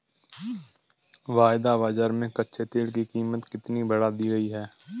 वायदा बाजार में कच्चे तेल की कीमत कितनी बढ़ा दी गई है?